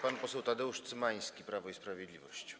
Pan poseł Tadeusz Cymański, Prawo i Sprawiedliwość.